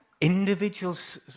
individuals